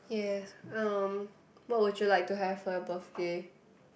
yes um what would you like to have for your birthday